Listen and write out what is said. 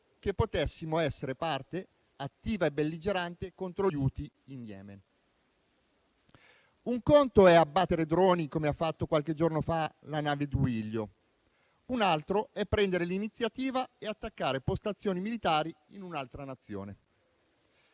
che potessimo essere parte attiva e belligerante contro gli Houthi in Yemen. Un conto è abbattere droni, come ha fatto qualche giorno fa la nave Duilio, un altro è prendere l'iniziativa e attaccare postazioni militari in un'altra Nazione.